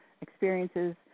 experiences